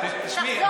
תשמעי,